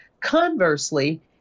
Conversely